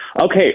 Okay